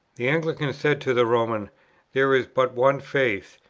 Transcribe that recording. the anglican said to the roman there is but one faith,